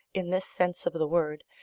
in this sense of the word,